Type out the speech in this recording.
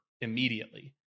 immediately